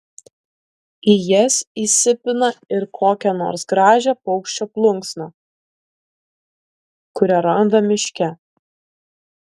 į jas įsipina ir kokią nors gražią paukščio plunksną kurią randa miške